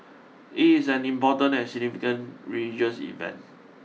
it is an important and significant religious event